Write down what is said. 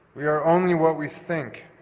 we are only what we think.